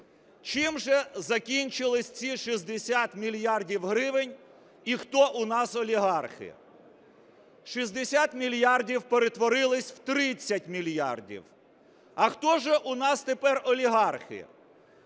Чим же закінчилися ці 60 мільярдів гривень, і хто у нас олігархи? 60 мільярдів перетворилися в 30 мільярдів. А хто ж у нас тепер олігархи?